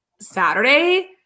saturday